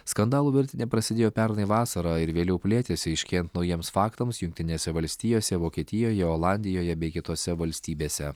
skandalų virtinė prasidėjo pernai vasarą ir vėliau plėtėsi aiškėjant naujiems faktams jungtinėse valstijose vokietijoje olandijoje bei kitose valstybėse